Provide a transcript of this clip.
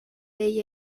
dei